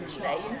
name